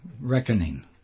reckoning